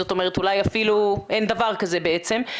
זאת אומרת אולי אפילו, אין דבר כזה בעצם.